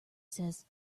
says